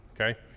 okay